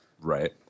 Right